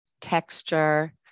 texture